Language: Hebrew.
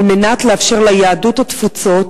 על מנת לאפשר ליהדות התפוצות,